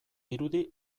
dirudi